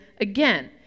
again